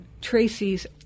Tracy's